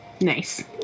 Nice